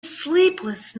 sleepless